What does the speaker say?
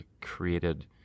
created